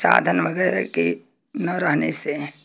साधन वगैरह के ना रहने से